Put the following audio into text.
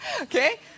okay